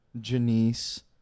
Janice